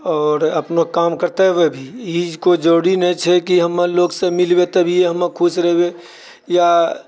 आओर अपनो काम करिते हुए भी ई कोइ जरूरी नहि छै कि हमे लोकसँ मिलबै तभिए हम खुश रहबय या